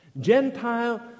Gentile